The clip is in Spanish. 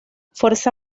fuerza